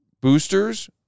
boosters